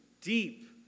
deep